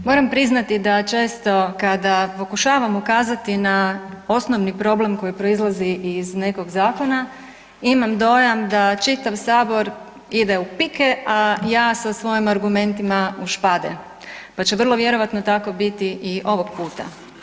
Moram priznati da često kada pokušavam ukazati na osnovni problem koji proizlazi iz nekog zakona, imam dojam da čitav Sabor ide u pike, a ja u sa svojim argumentima u špade, pa će vrlo vjerojatno tako biti i ovog puta.